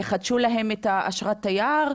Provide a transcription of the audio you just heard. יחדשו להם את אשרת התייר?